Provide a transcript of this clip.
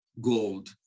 gold